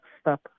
stop